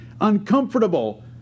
uncomfortable